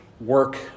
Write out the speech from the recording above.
Work